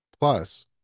Plus